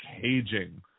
caging